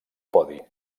podi